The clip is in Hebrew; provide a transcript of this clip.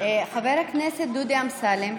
חבר הכנסת דודי אמסלם,